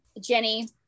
Jenny